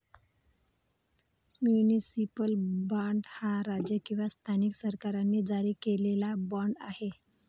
municipal bond हा राज्य किंवा स्थानिक सरकारांनी जारी केलेला बाँड आहे